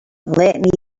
let